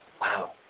Wow